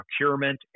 procurement